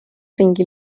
ringi